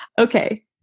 okay